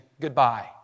goodbye